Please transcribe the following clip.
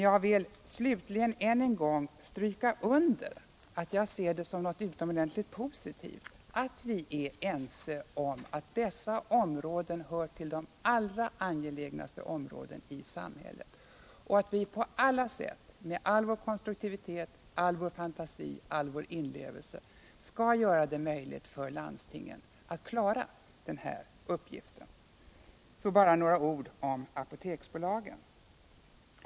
Jag vill slutligen än en gång understryka att jag ser det som något mycket positivt att vi är överens om att dessa områden hör till de allra angelägnaste områdena i samhället och att vi på alla sätt med all vår konstruktivitet, all vår fantasi och all vår inlevelse skall göra det möjligt för landstingen att klara denna uppgift. Bara några ord om Apoteksbolaget.